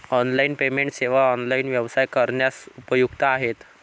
online payment सेवा online व्यवसाय करण्यास उपयुक्त आहेत